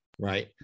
right